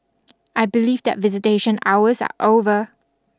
I believe that visitation hours are over